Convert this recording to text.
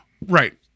right